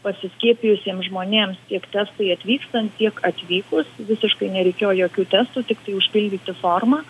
pasiskiepijusiems žmonėms tiek testai atvykstant tiek atvykus visiškai nereikėjo jokių testų tiktai užpildyti formą